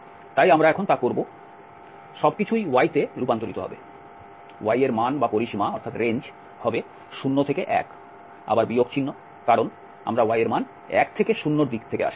তাই আমরা এখন তা করবো সবকিছুই y তে রূপান্তরিত হবে y এর মান বা পরিসীমা হবে 0 থেকে এক আবার বিয়োগ চিহ্ন কারণ আমরা y এর মান 1 থেকে 0 এর দিক থেকে আসছি